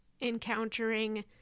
encountering